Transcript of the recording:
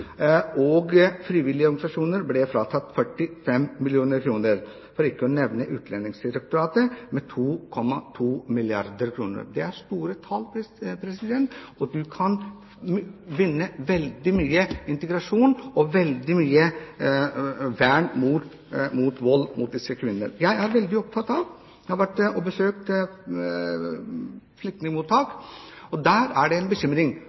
2,2 milliarder kr. Det er store tall. Du kan vinne veldig mye integrasjon og veldig mye vern mot vold mot disse kvinnene her. Jeg er veldig opptatt av og har besøkt flyktningmottak. Der er det en bekymring.